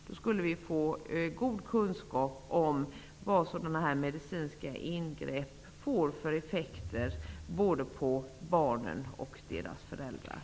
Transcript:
Då skulle vi få god kunskap om vad sådana här medicinska ingrepp får för effekter, både på barnen och på deras föräldrar.